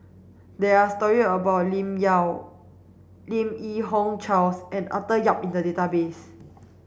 there are story about Lim Yau Lim Yi Yong Charles and Arthur Yap in the database